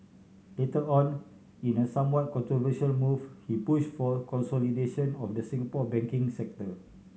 later on in a somewhat controversial move he pushed for consolidation of the Singapore banking sector